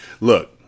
Look